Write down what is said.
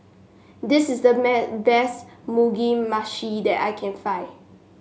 this is the best Mugi Meshi that I can find